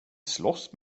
slåss